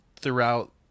throughout